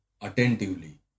attentively